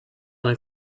nel